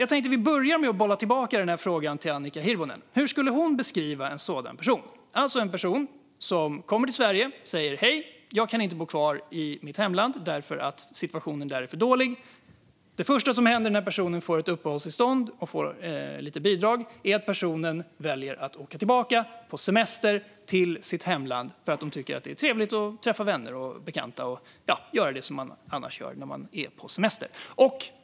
Låt mig börja med att bolla tillbaka frågan till Annika Hirvonen. Hur skulle hon beskriva en sådan person? Det handlar om en person som kommer till Sverige och säger: "Hej! Jag kan inte bo kvar i mitt hemland för att situationen där är för dålig." Och det första som händer när personen får ett uppehållstillstånd och lite bidrag är att personen väljer att åka tillbaka på semester till sitt hemland för att det är trevligt att träffa vänner och bekanta och göra sådant som man annars gör när man är på semester.